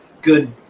Good